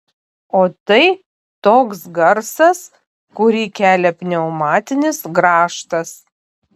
o tai toks garsas kurį kelia pneumatinis grąžtas